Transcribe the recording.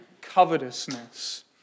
covetousness